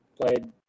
Played